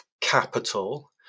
capital